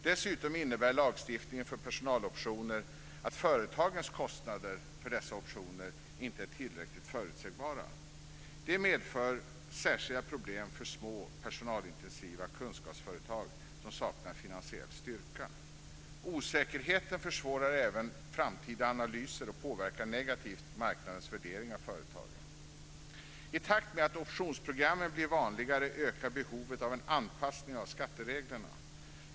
Dessutom innebär lagstiftningen för personaloptioner att företagens kostnader för dessa optioner inte är tillräckligt förutsägbara. Det medför särskilda problem för små personalintensiva kunskapsföretag som saknar finansiell styrka. Osäkerheten försvårar även framtida analyser och påverkar negativt marknadens värdering av företagen. I takt med att optionsprogrammen blir vanligare ökar behovet av en anpassning av skattereglerna.